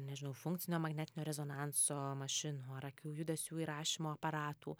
nežinau funkcinio magnetinio rezonanso mašinų ar akių judesių įrašymo aparatų